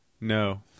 No